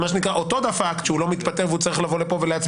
אותו דפקת שהוא לא מתפטר והוא צריך לבוא ולהצביע,